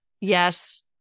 yes